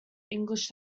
english